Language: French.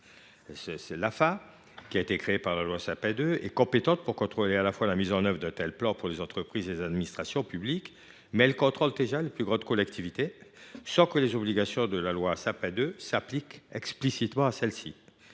risques. L’AFA, qui a été créée par la loi Sapin 2, est compétente pour contrôler la mise en œuvre d’un tel plan dans les entreprises et les administrations publiques. L’Agence, qui contrôle déjà les plus grandes collectivités, sans que les obligations de cette loi s’appliquent explicitement à celles ci,